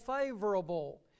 favorable